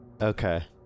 Okay